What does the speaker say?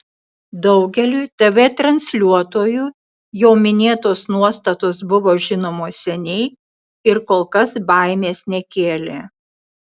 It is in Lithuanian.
daugeliui tv transliuotojų jau minėtos nuostatos buvo žinomos seniai ir kol kas baimės nekėlė